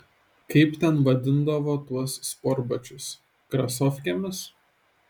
kaip ten vadindavo tuos sportbačius krasofkėmis